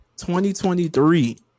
2023